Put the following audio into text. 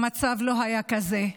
המצב לא היה כזה.